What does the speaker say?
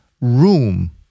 room